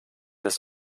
des